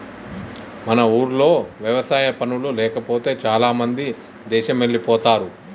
మన ఊర్లో వ్యవసాయ పనులు లేకపోతే చాలామంది దేశమెల్లిపోతారు